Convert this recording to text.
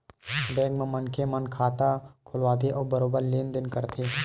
bank म मनखे मन खाता खोलवाथे अउ बरोबर लेन देन करथे